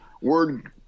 word